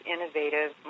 innovative